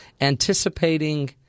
anticipating